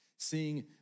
seeing